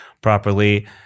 properly